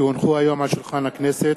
כי הונחו היום על שולחן הכנסת,